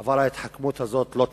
אבל ההתחכמות הזאת לא תעזור.